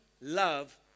love